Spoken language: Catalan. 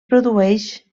produeix